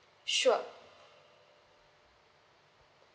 sure